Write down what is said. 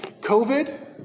COVID